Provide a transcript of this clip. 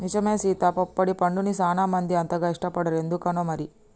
నిజమే సీత పొప్పడి పండుని సానా మంది అంతగా ఇష్టపడరు ఎందుకనో మరి